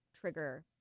trigger